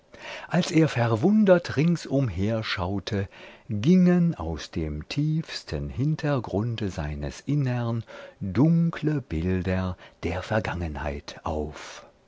als er verwundert ringsumher schaute gingen aus dem tiefsten hintergrunde seines innern dunkle bilder der vergangenheit auf